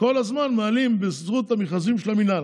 כל הזמן מעלים, בזכות המכרזים של המינהל.